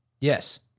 Yes